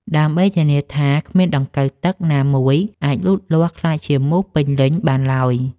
ដើម្បីធានាថាគ្មានដង្កូវទឹកណាមួយអាចលូតលាស់ក្លាយជាមូសពេញវ័យបានឡើយ។